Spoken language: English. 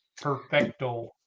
Perfecto